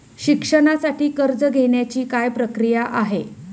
शिक्षणासाठी कर्ज घेण्याची काय प्रक्रिया आहे?